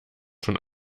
schon